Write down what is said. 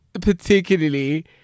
particularly